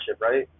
right